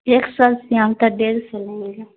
ایک سو روپیا آم کا ڈیرھ سو لیں گے